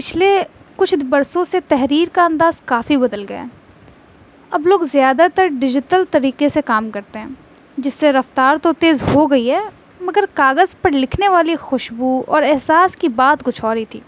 پچھلے کچھ برسوں سے تحریر کا انداز کافی بدل گیا ہے اب لوگ زیادہ تر ڈیجیتل طریقے سے کام کرتے ہیں جس سے رفتار تو تیز ہو گئی ہے مگر کاغذ پر لکھنے والی خوشبو اور احساس کی بات کچھ اور رہی تھی